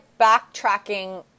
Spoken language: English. backtracking